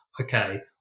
okay